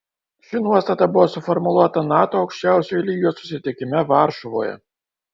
ši nuostata buvo suformuluota nato aukščiausiojo lygio susitikime varšuvoje